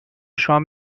شام